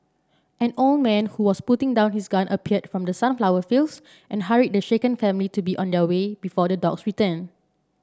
an old man who was putting down his gun appeared from the sunflower fields and hurried the shaken family to be on their way before the dogs return